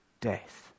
death